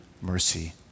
mercy